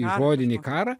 į žodinį karą